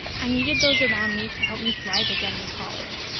i needed those around me to help me thrive again in college.